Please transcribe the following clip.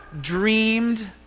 dreamed